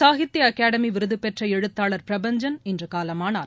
சாகித்ய அகாடமி விருது பெற்ற எழுத்தாளர் பிரபஞ்சன் இன்று காலமானார்